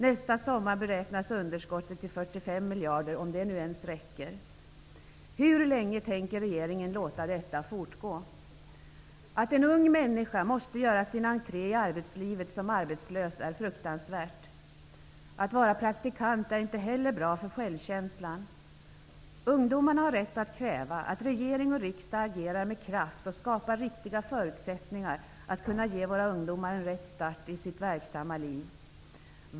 Nästa sommar beräknas underskottet till 45 miljarder, om ens det räcker. Hur länge tänker regeringen låta detta fortgå? Det faktum att en ung människa måste göra sin entré i arbetslivet som arbetslös är fruktansvärt. Att vara praktikant är inte heller bra för självkänslan. Ungdomarna har rätt att kräva att regering och riksdag agerar med kraft och skapar riktiga förutsättningar att ge våra ungdomar en riktig start i sitt verksamma liv.